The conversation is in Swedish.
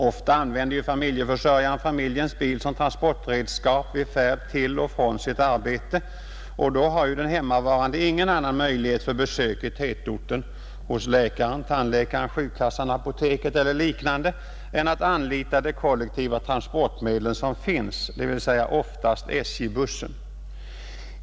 Ofta använder ju familjeförsörjaren familjens bil som transportredskap vid färd till och från sitt arbete, och då har ju den hemmavarande ingen annan möjlighet för besök i tätorten, hos läkaren, tandläkaren, sjukkassan, apoteket eller liknande, än att anlita de kollektiva transportmedel som finns, dvs. oftast SJ-bussen.